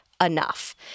enough